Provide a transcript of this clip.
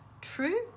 true